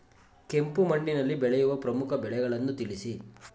ಕೆಂಪು ಮಣ್ಣಿನಲ್ಲಿ ಬೆಳೆಯುವ ಪ್ರಮುಖ ಬೆಳೆಗಳನ್ನು ತಿಳಿಸಿ?